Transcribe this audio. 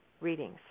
readings